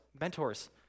mentors